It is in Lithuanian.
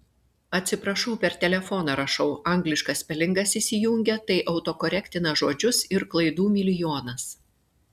atsiprašau per telefoną rašau angliškas spelingas įsijungia tai autokorektina žodžius ir klaidų milijonas